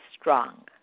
strong